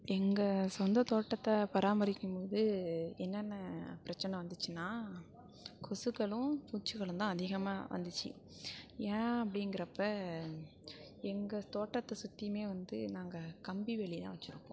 எங்கள் சொந்த தோட்டத்தை பராமரிக்கும்போது என்னான்ன பிரச்சனை வந்துச்சுனா கொசுக்களும் பூச்சிகளும் தான் அதிகமாக வந்துச்சு ஏன் அப்படிங்கிறப்ப எங்கள் தோட்டத்தை சுற்றியுமே வந்து நாங்கள் கம்பி வேலியாக வச்சிருப்போம்